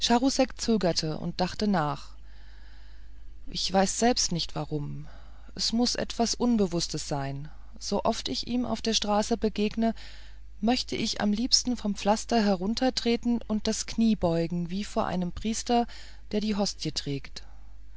zögerte und dachte nach ich weiß selbst nicht warum es muß etwas unbewußtes sein so oft ich ihm auf der straße begegne möchte ich am liebsten vom pflaster heruntertreten und das knie beugen wie vor einem priester der die hostie trägt